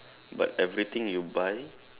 but everything you buy